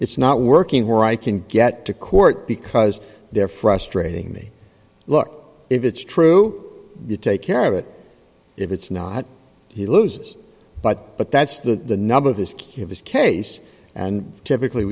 it's not working where i can get to court because they're frustrating me look if it's true you take care of it if it's not he loses but but that's the nub of this kivas case and typically